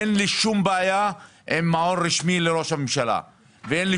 אין לי שום בעיה עם מעון רשמי לראש הממשלה ואין לי